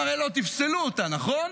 אתם הרי לא תפסלו אותה, נכון?